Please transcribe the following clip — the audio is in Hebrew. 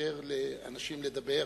לאפשר לאנשים לדבר.